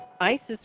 ISIS